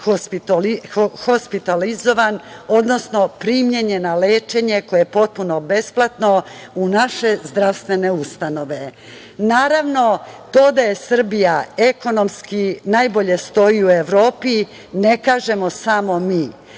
hospitalizovan, odnosno primljen je na lečenje koje je potpuno besplatno u naše zdravstvene ustanove. Naravno, to da Srbija ekonomski najbolje stoji u Evropi ne kažemo samo mi,